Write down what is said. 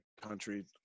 country